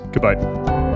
goodbye